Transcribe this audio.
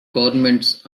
governments